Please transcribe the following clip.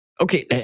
okay